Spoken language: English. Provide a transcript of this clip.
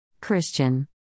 Christian